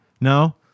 no